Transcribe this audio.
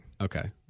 Okay